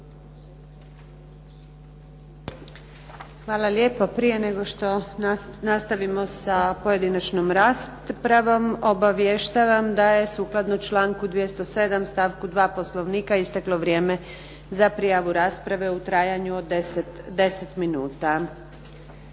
Hvala lijepo. Prije nego što nastavimo sa pojedinačnom raspravom obavještavam da je sukladno članku 207. stavku 2. Poslovnika isteklo vrijeme za prijavu rasprave u trajanju od 10 minuta.